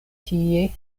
tie